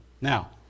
Now